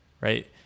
right